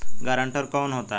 Guarantor कौन होता है?